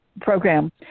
Program